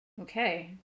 Okay